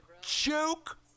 Joke